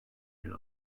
yer